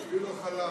כאמור,